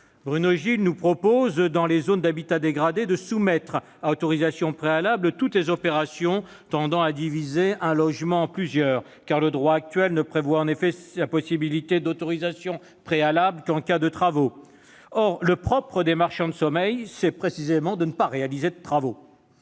Bruno Gilles nous propose, dans les zones d'habitat dégradé, de soumettre à autorisation préalable toutes les opérations tendant à diviser un logement en plusieurs, car le droit actuel ne prévoit cette possibilité qu'en cas de travaux. Or le propre des marchands de sommeil, c'est précisément de ne pas réaliser de travaux